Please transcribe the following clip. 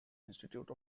institute